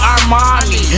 Armani